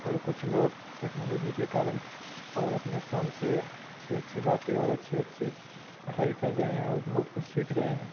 اور کچھ لوگ ٹیکنالوجی کے کارن اور اپنے فون سے اچھی اچھی باتیں اور اچھی اچھی پڑھائی کر رہے ہیں اور بہت کچھ سیکھ رہے ہیں